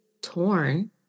torn